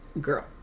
girl